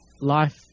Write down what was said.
Life